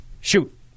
Shoot